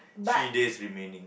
three days remaining